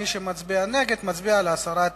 מי שמצביע נגד, מציע להסיר את